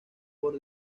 por